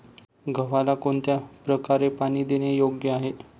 गव्हाला कोणत्या प्रकारे पाणी देणे योग्य आहे?